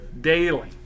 Daily